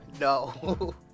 No